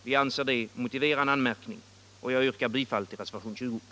Vi anser det motivera en anmärkning, och jag yrkar bifall till reservation 20.